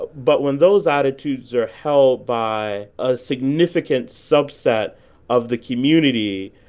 but when those attitudes are held by a significant subset of the community,